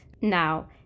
Now